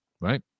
right